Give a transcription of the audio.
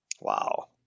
Wow